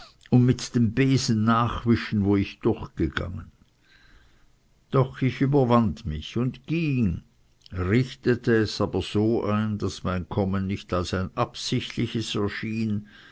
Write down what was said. und mit dem besen nachwischen wo ich durchgegangen doch ich überwand mich und ging richtete es aber so ein daß mein kommen nicht als ein absichtliches erschien